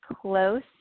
close